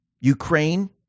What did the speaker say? Ukraine